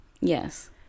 yes